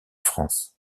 france